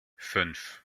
fünf